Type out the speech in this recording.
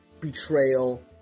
betrayal